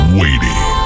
waiting